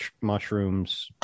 mushrooms